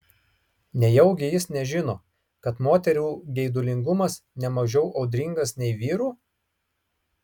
nejaugi jis nežino kad moterų geidulingumas ne mažiau audringas nei vyrų